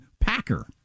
packer